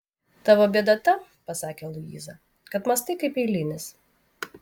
tavo bėda ta pasakė luiza kad mąstai kaip eilinis